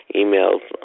emails